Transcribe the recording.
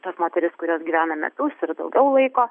tas moteris kurios gyvena metus ir daugiau laiko